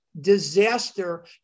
disaster